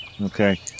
okay